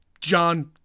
John